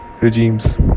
regimes